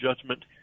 judgment